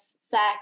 sex